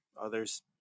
Others